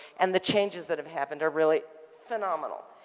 and the changes that have happened, are really phenomenal.